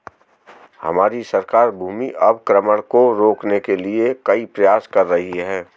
हमारी सरकार भूमि अवक्रमण को रोकने के लिए कई प्रयास कर रही है